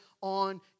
on